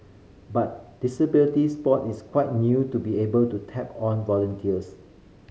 but disability sport is quite new to be able to tap on volunteers